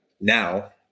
Now